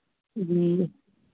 जी